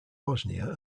bosnia